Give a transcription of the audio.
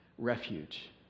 refuge